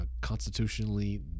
constitutionally